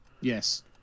Yes